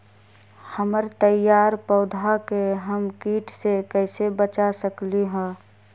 हमर तैयार पौधा के हम किट से कैसे बचा सकलि ह?